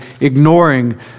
ignoring